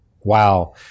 Wow